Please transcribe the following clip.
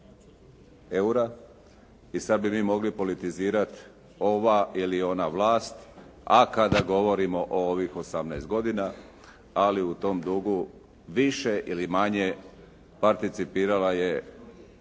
eura. I sad bi mi mogli politizirati ova ili ona vlast, a kada govorimo o ovih 18 godina, ali u tom dugu više ili manje participirala je